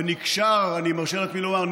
ואני מרשה לעצמי לומר,